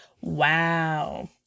Wow